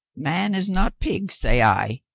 man is not pig, say i,